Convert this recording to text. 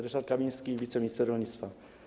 Ryszard Kamiński, wiceminister rolnictwa.